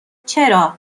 چرا